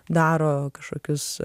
daro kažkokius